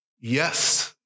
Yes